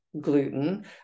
gluten